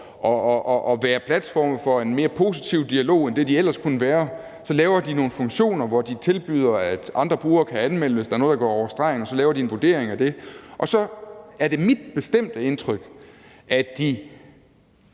at være platforme for en mere positiv dialog, end de ellers kunne være, nogle funktioner, hvor de tilbyder, at andre brugere kan anmelde det, hvis der er nogle, der er gået over stregen, og så laver de en vurdering af det. Så det er mit bestemte indtryk, at de